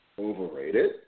overrated